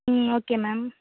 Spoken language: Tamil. ம் ஓகே மேம்